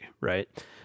right